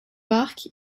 park